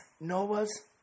Noah's